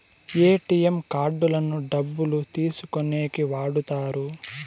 ATM కార్డులను డబ్బులు తీసుకోనీకి వాడుతారు